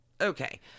okay